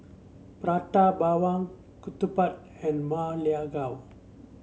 Prata Bawang ketupat and Ma Lai Gao